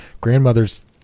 grandmother's